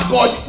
God